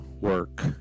work